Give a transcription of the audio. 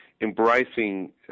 embracing